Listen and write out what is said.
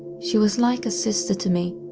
she was like a sister to me,